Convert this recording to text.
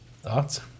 thoughts